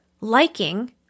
liking